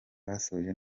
basoje